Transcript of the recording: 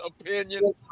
opinion